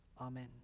Amen